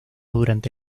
durante